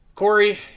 Corey